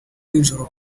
n’ijoro